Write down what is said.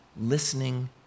listening